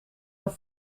dan